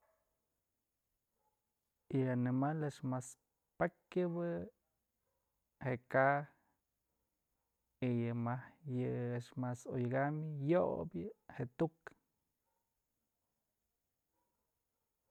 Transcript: Yë animal a'ax mas pakyabë je'e ka'a y ya mäjk yë a'ax mas odyëkam yobyë je'e tuk.